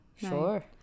Sure